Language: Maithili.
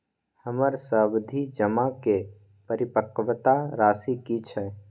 हमर सावधि जमा के परिपक्वता राशि की छै?